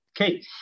okay